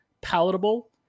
palatable